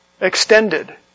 extended